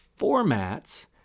formats